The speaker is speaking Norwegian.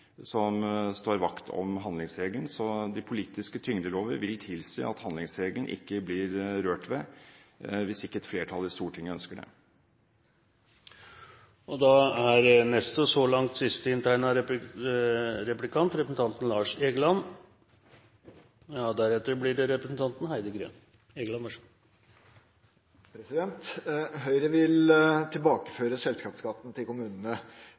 som står vakt om handlingsregelen, så de politiske tyngdelover vil tilsi at handlingsregelen ikke blir rørt ved, hvis ikke et flertall i Stortinget ønsker